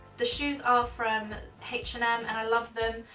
the shoes are from h and m and i love them.